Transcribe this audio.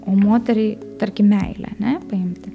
o moteriai tarkim meilę ar ne paimti